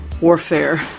warfare